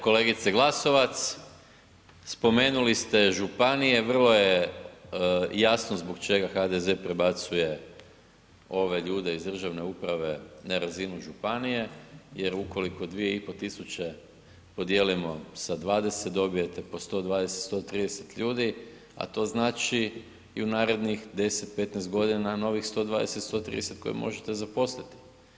Kolegice Glasovac spomenuli ste županije vrlo je jasno zbog čega HDZ prebacuje ove ljude iz državne uprave na razinu županije jer ukoliko 2.500 podijelimo sa 20 dobijete po 120, 130 ljudi, a to znači i u narednih 10, 15 godina novih 120, 130 koje možete zaposliti.